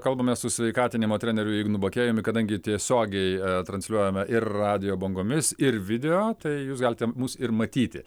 kalbamės su sveikatinimo treneriu ignu bakėjumi kadangi tiesiogiai transliuojame ir radijo bangomis ir video tai jūs galite mus ir matyti